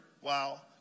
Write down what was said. Wow